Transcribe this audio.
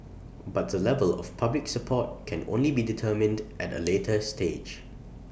but the level of public support can only be determined at A later stage